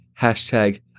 Hashtag